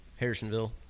Harrisonville